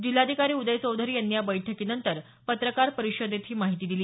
जिल्हाधिकारी उदय चौधरी यांनी या बैठकीनंतर पत्रकार परिषदेत ही माहिती दिली